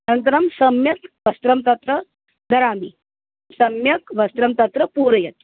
अनन्तरं सम्यक् वस्त्रं तत्र धरामि सम्यक् वस्त्रं तत्र पूरयतु